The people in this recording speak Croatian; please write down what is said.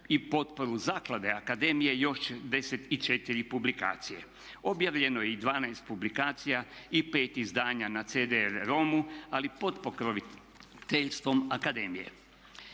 i potporu zaklade akademije još 64 publikacije. Objavljeno je i 12 publikacija i 5 izdanja na cd romu ali pod pokroviteljstvom akademije.